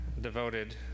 devoted